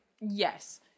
yes